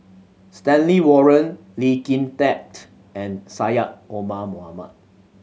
Stanley Warren Lee Kin Tat and Syed Omar Mohamed